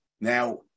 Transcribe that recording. Now